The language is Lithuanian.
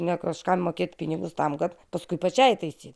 ne kažkam mokėt pinigus tam kad paskui pačiai taisyt